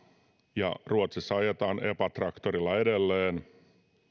ja ruotsissa ajetaan epa traktorilla edelleen